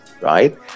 right